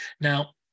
Now